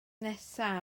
nesaf